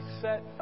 set